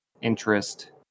interest